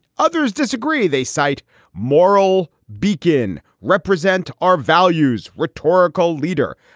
others disagree. they cite moral beacon, represent our values. rhetorical leader,